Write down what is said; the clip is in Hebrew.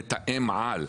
מתאם על.